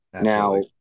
Now